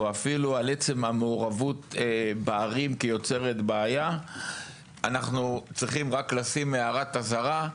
או אפילו על עצם המעורבות בערים כיוצרת בעיה לשים הערת אזהרה,